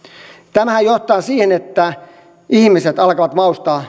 tämähän johtaa siihen että ihmiset alkavat maustaa